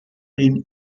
been